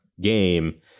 game